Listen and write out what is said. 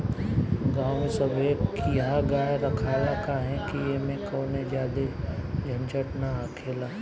गांव में सभे किहा गाय रखाला काहे कि ऐमें कवनो ज्यादे झंझट ना हखेला